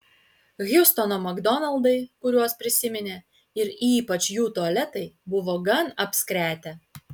hjustono makdonaldai kuriuos prisiminė ir ypač jų tualetai buvo gan apskretę